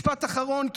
משפט אחרון,